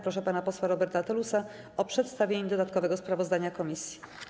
Proszę pana posła Roberta Telusa o przedstawienie dodatkowego sprawozdania komisji.